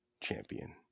champion